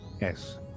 Yes